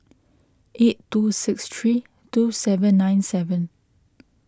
eight two six three two seven nine seven